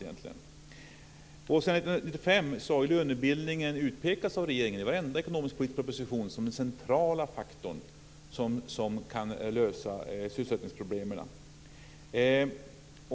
Sedan år 1995 har lönebildningen utpekats av regeringen i varenda ekonomisk-politisk proposition som den centrala faktorn som kan lösa sysselsättningsproblemen.